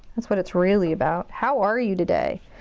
that's what it's really about. how are you today?